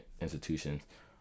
institutions